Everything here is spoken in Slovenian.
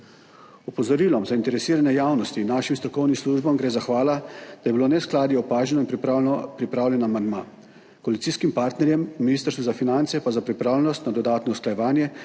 Opozorilom zainteresirane javnosti in našim strokovnim službam gre zahvala, da je bilo neskladje opaženo pripravljen amandma, koalicijskim partnerjem Ministrstva za finance pa za pripravljenost na dodatno usklajevanje,